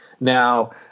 Now